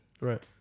right